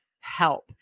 help